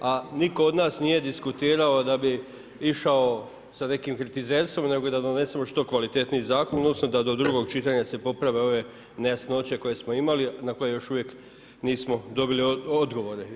A nitko od nas nije diskutirao da bi išao sa nekim kritizerstvom nego da donesemo što kvalitetniji zakon odnosno da do drugog čitanja se poprave ove nejasnoće koje smo imali na koje još uvijek nismo dobili odgovore.